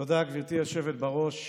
תודה, גברתי היושבת בראש.